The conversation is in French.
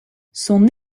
son